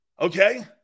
Okay